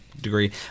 degree